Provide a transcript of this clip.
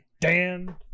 Dan